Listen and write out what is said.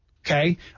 okay